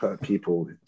people